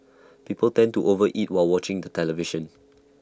people tend to over eat while watching the television